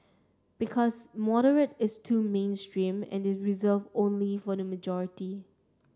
because moderate is too mainstream and is reserve only for the majority